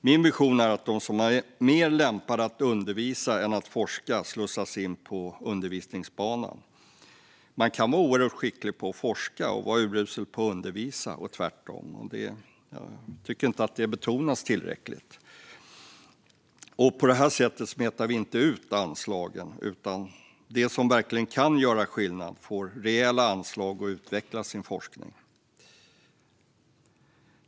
Min vision är att de som är mer lämpade att undervisa än att forska ska slussas in på undervisningsbanan. Man kan vara oerhört skicklig på att forska och urusel på att undervisa och tvärtom. Det betonas inte tillräckligt. Men på det här sättet skulle vi inte smeta ut anslagen, utan de som verkligen kan göra skillnad skulle få rejäla anslag att utveckla sin forskning.